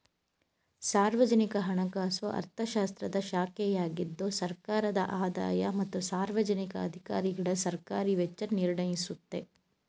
ಸಾರ್ವಜನಿಕ ಹಣಕಾಸು ಅರ್ಥಶಾಸ್ತ್ರದ ಶಾಖೆಯಾಗಿದ್ದು ಸರ್ಕಾರದ ಆದಾಯ ಮತ್ತು ಸಾರ್ವಜನಿಕ ಅಧಿಕಾರಿಗಳಸರ್ಕಾರಿ ವೆಚ್ಚ ನಿರ್ಣಯಿಸುತ್ತೆ